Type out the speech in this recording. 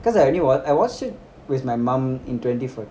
cause I only watc~ I watched it with my mum in twenty four~